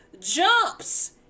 jumps